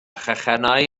chacennau